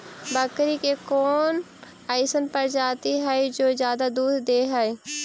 बकरी के कौन अइसन प्रजाति हई जो ज्यादा दूध दे हई?